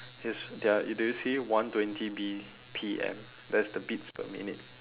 yes there are did you see one twenty B_P_M that's the beats per minute